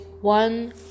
one